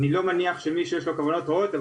אני כמובן לא מניח שלמישהו יש כוונות רעות,